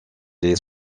les